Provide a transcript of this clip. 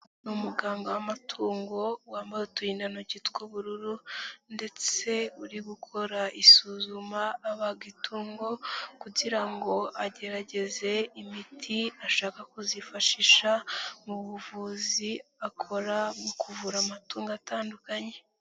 Ni umuganga w'amatungo wambaye uturindantoki tw'ubururu ndetse uri gukora isuzuma abaga itungo kugira ngo agerageze imiti ashaka kuzifashisha mu buvuzi akora mu kuvura amatungo atandukanye.